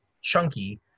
chunky